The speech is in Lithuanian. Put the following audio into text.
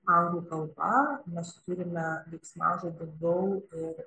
anglų kalba mes turime veiksmažodį gou ir